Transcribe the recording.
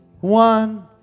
One